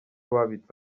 babitse